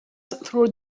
through